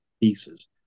pieces